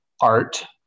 art